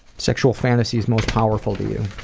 sexual fantasies most powerful to you?